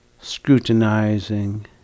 scrutinizing